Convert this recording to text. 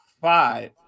five